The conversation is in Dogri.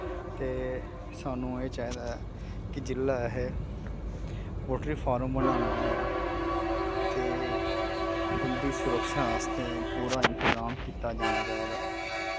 ते सानू एह् चाहिदा ऐ कि जिसलै अस पोल्ट्री फार्म बनाने आं ते उंदी सुरक्षा आस्तै पूरा इंतजाम कीता जाना चाहिदा ऐ